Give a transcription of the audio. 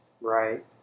Right